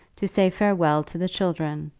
to say farewell to the children,